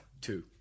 Two